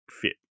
fit